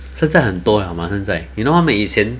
现在很多了 mah 现在 you know 他们以前